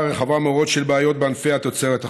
רחבה מאוד של בעיות בענפי התוצרת החקלאית.